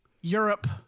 Europe